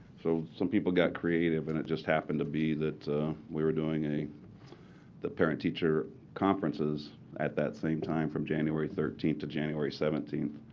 so some people got creative, and it just happened to be that we were doing the parent teacher conferences at that same time, from january thirteenth to january seventeenth.